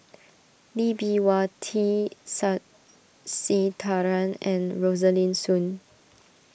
Lee Bee Wah T Sasitharan and Rosaline Soon